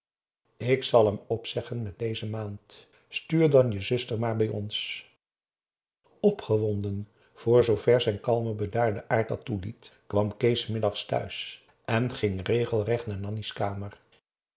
ik zal hem opzeggen met deze maand stuur dan je zusje maar bij ons opgewonden voor zoover zijn kalmen bedaarden aard dat toeliet kwam kees s middags thuis en ging regelrecht naar nanni's kamer